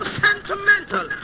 sentimental